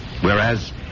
Whereas